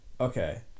Okay